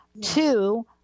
Two